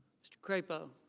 mr. crapo.